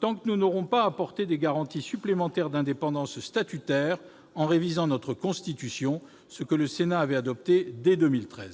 tant que nous n'aurons pas apporté des garanties supplémentaires d'indépendance statutaire en révisant notre Constitution ... Exactement ! C'est une